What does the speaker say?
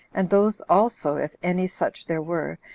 and those also, if any such there were,